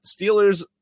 Steelers